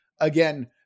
again